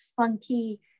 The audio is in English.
funky